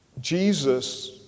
Jesus